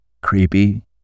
creepy